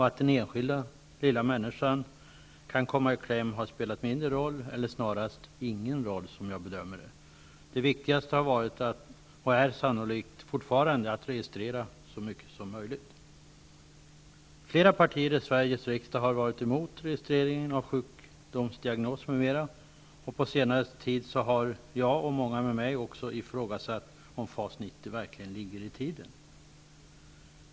Att den enskilda lilla människan kan komma i kläm har spelat en mindre roll, eller snarast, som jag bedömer det, ingen roll. Det viktigaste har varit, och är sannolikt fortfarande, att registrera så mycket som möjligt. Flera partier i Sveriges riksdag har varit emot registreringen av sjukdomsdiagnoser m.m. På senare tid har jag, och många med mig, ifrågasatt om FAS 90 verkligen ligger i tiden.